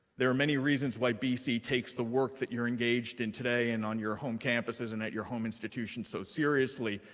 there are many reasons why bc takes the work that you're engaged in today and on your home campuses and at your home institution so seriously,